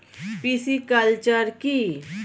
Pisciculture কি?